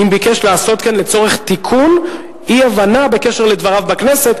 אם ביקש לעשות כן לצורך תיקון אי-הבנה בקשר לדבריו בכנסת,